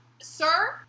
sir